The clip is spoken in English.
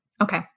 Okay